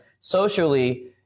socially